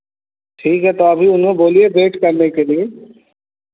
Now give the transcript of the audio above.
ठीक है तो अभी उन्हें बोलिए वेट करने के लिए